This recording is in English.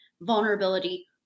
vulnerability